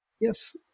Yes